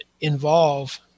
involve